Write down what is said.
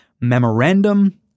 memorandum